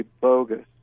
bogus